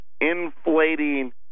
inflating